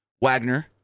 Wagner